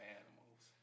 animals